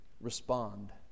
respond